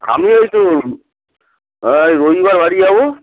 আমি ওই তো রবিবার বাড়ি যাব